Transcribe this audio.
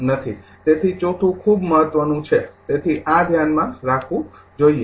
તેથી ચોથું ખૂબ મહત્વનું છે તેથી આ ધ્યાનમાં રાખવું જોઈએ